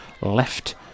left